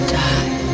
die